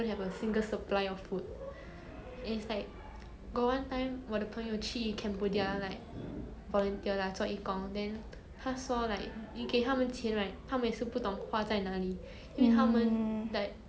mm